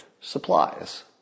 supplies